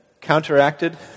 counteracted